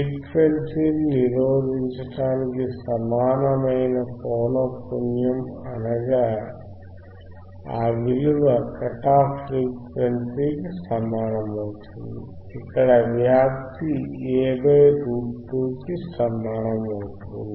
ఫ్రీక్వెన్సీని నిరోధించడానికి సమానమైన పౌనఃపున్యం అనగా ఆ విలువ కట్ ఆఫ్ ఫ్రీక్వెన్సీ కి సమానమవుతుంది ఇక్కడ వ్యాప్తి A 2 కి సమానమవుతుంది